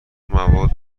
مواد